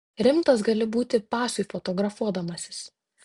rimtas gali būti pasui fotografuodamasis